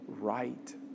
right